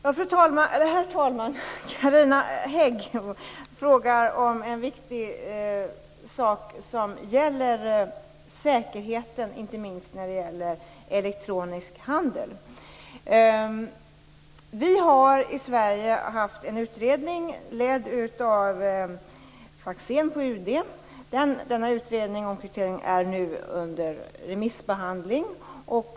Herr talman! Carina Hägg ställde en viktig fråga som gäller säkerheten i elektronisk handel. Vi har i Sverige genomfört en utredning som leddes av Magnus Faxén på UD. Denna utredning om kryptering är nu under remissbehandling.